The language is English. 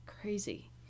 crazy